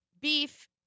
beef